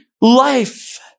life